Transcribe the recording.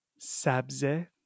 sabze